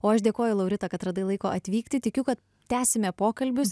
o aš dėkoju laurita kad radai laiko atvykti tikiu kad tęsime pokalbius